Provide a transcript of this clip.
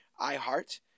iHeart